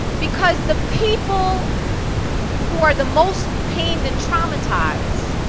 because the people who are the most pained and traumatized,